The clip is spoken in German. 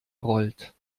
rollt